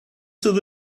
sydd